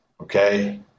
Okay